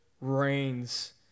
reigns